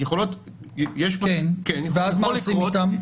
יכול לקרות -- ואז מה עושים איתן?